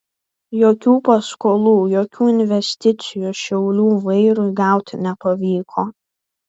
jokių paskolų jokių investicijų šiaulių vairui gauti nepavyko